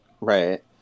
right